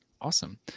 Awesome